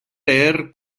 leer